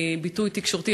ביטוי תקשורתי,